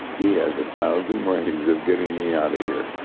he has a thousand ways of getting me out of here.